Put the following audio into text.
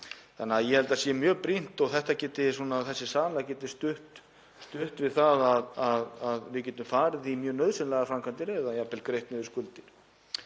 eftir ár. Ég held að þetta sé mjög brýnt og að salan geti stutt við það að við getum farið í mjög nauðsynlegar framkvæmdir eða jafnvel greitt niður skuldir.